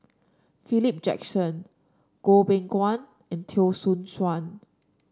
Philip Jackson Goh Beng Kwan and Teo Soon Chuan